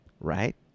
Right